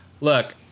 look